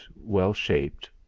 well-shaped